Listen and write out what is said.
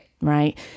Right